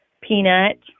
peanut